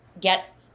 get